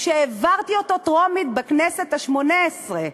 שהעברתי בקריאה טרומית בכנסת השמונה-עשרה